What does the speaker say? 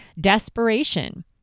desperation